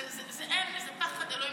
זה פחד אלוהים.